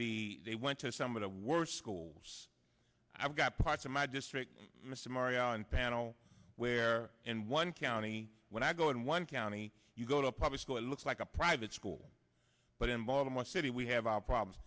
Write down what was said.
the they went to some of the worst schools i've got parts of my district mr mario on panel where in one county when i go in one county you go to a public school it looks like a private school but in baltimore city we have our problems